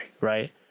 Right